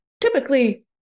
typically